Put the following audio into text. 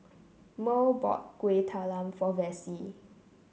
Murl bought Kueh Talam for Vassie